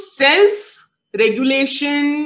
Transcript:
self-regulation